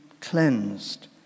cleansed